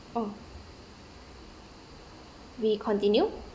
oh we continue